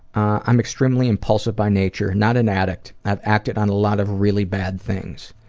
i'm extremely impulsive by nature, not an addict, i've acted on a lot of really bad things.